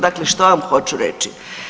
Dakle, što vam hoću reći?